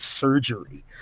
surgery